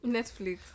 Netflix